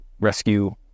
rescue